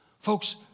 Folks